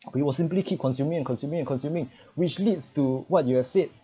we will simply keep consuming and consuming and consuming which leads to what you have said